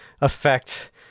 affect